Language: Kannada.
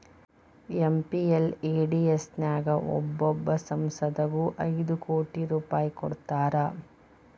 ಎಂ.ಪಿ.ಎಲ್.ಎ.ಡಿ.ಎಸ್ ನ್ಯಾಗ ಒಬ್ಬೊಬ್ಬ ಸಂಸದಗು ಐದು ಕೋಟಿ ರೂಪಾಯ್ ಕೊಡ್ತಾರಾ